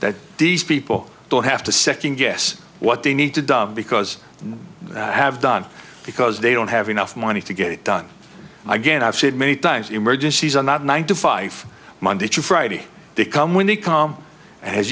that these people don't have to second guess what they need to do because they have done because they don't have enough money to get it done now again i've said many times emergencies are not nine to five monday to friday they come when the